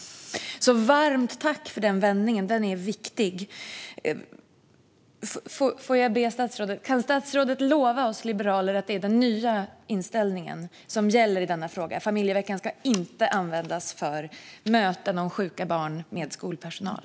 Varmt tack för den vändningen. Den är viktig. Kan statsrådet lova oss liberaler att det är den nya inställningen som gäller i denna fråga? Familjeveckan ska inte användas för möten om sjuka barn med skolpersonal.